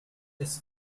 this